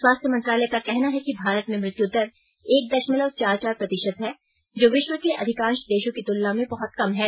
स्वास्थ्य मंत्रालय का कहना है कि भारत में मृत्यु दर एक दशमल चार चार प्रतिशत है जो विश्व के अधिकांश देशों की तुलना में बहुत कम है